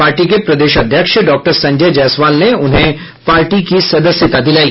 party के प्रदेश अध्यक्ष डॉक्टर संजय जायसवाल ने उन्हें पार्टी की सदस्यता दिलाई